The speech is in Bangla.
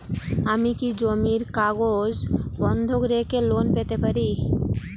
আমি কি জমির কাগজ বন্ধক রেখে লোন পেতে পারি?